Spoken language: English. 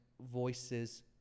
voices